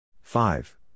Five